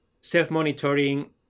self-monitoring